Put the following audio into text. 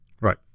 Right